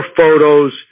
photos